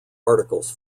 articles